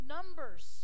Numbers